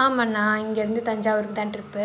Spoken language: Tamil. ஆமாண்ணா இங்கேயிருந்து தஞ்சாவூருக்கு தான் ட்ரிப்பு